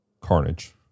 carnage